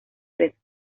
frescos